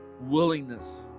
willingness